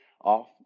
off